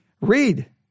Read